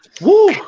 Woo